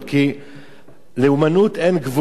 כי לאמנות אין גבול,